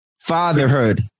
fatherhood